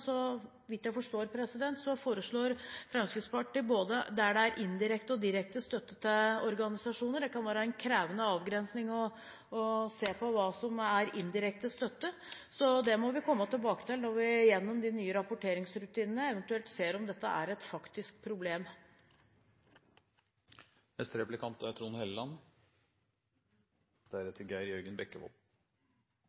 så vidt jeg forstår, et forslag som handler om indirekte og direkte støtte til organisasjoner. Det kan være en krevende avgrensning å se på hva som er indirekte støtte, så det må vi komme tilbake til når vi gjennom de nye rapporteringsrutinene eventuelt ser om dette er et faktisk problem.